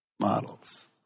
models